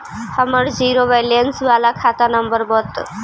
हमर zero balance बाला खाता नम्बर बत?